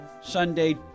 Sunday